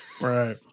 Right